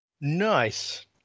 Nice